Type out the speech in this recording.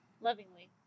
Lovingly